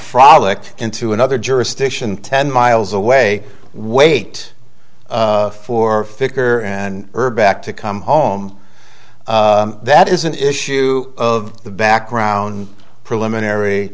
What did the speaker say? frolic into another jurisdiction ten miles away wait for ficker and herb back to come home that is an issue of the background preliminary